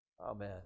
Amen